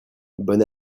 bonne